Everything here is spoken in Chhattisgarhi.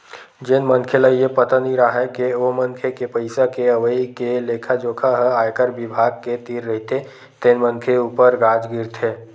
जेन मनखे ल ये पता नइ राहय के ओ मनखे के पइसा के अवई के लेखा जोखा ह आयकर बिभाग के तीर रहिथे तेन मनखे ऊपर गाज गिर जाथे